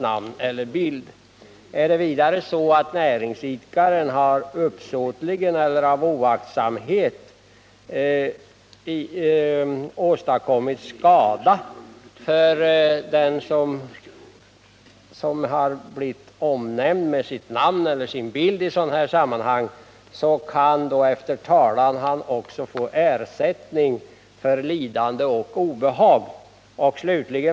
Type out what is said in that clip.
För det andra är det så, att om näringsidkaren har, uppsåtligen eller av oaktsamhet, åstadkommit skada för den som har blivit omnämnd med namn eller bild i sådant sammanhang, kan denne efter talans förande också få ersättning för lidande och obehag.